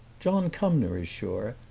john cumnor is sure,